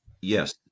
Yes